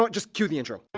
but just cue the intro.